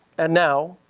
and now,